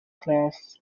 class